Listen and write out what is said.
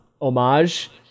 homage